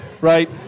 right